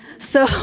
so,